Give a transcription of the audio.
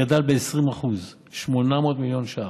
גדל ב-20% 800 מיליון ש"ח,